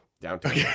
downtown